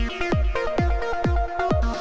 you know